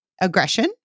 aggression